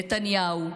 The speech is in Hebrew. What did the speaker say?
נתניהו,